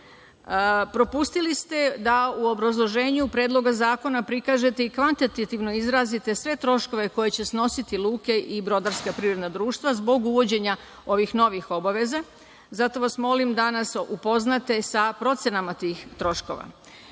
slično. Propustili ste da u obrazloženju Predloga zakona prikažete i kvantitativno izrazite sve troškove koje će snositi luke i brodarska privredna društva zbog uvođenja ovih novih obaveza, zato vas molim da nas upoznate sa procenama tih troškova. Da